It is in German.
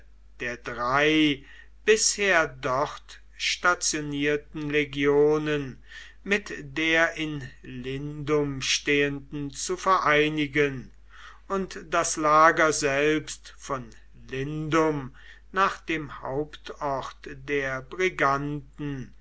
der drei bisher dort stationierten legionen mit der in lindum stehenden zu vereinigen und das lager selbst von lindum nach dem hauptort der briganten